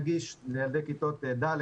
גם לתלמיד,